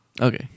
Okay